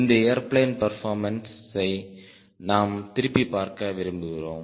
இந்த ஏர்பிளேன் பெர்போர்மன்ஸை நாம் திருப்பி பார்க்க விரும்புகிறோம்